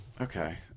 Okay